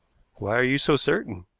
why are you so certain?